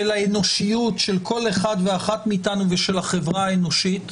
האנושיות של כל אחד ואחת מאתנו ושל החברה האנושית,